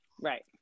Right